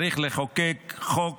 צריך לחוקק חוק